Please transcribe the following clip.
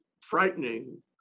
frightening